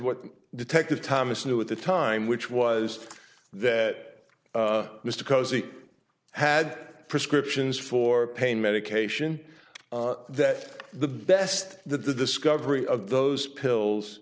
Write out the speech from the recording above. what detective thomas knew at the time which was that just because he had prescriptions for pain medication that the best that the discovery of those pills